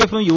എഫും യു